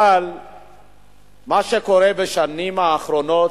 אבל מה שקורה בשנים האחרונות,